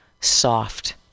soft